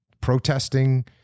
protesting